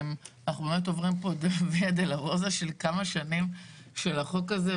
אנחנו עוברים פה ויה דולורוזה של כמה שנים של החוק הזה,